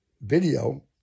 video